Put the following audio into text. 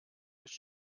durch